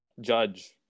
Judge